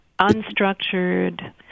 unstructured